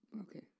Okay